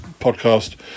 podcast